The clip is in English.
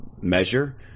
measure